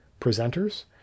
presenters